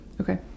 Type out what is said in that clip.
Okay